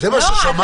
זה מה ששמעת?